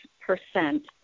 percent